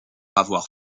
avoir